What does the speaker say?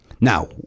Now